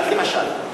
למשל,